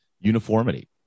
Uniformity